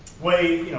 way,